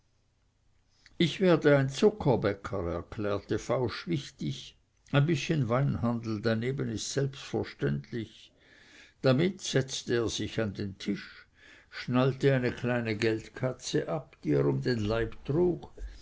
ich werde ein zuckerbäcker erklärte fausch wichtig ein bißchen weinhandel daneben ist selbstverständlich damit setzte er sich an den tisch schnallte eine kleine geldkatze ab die er um den leib trug